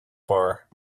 bar